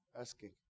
Asking